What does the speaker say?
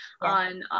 on